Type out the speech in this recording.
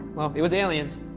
well, it was aliens.